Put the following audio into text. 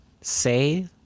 say